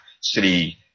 city